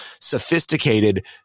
sophisticated